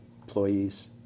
employees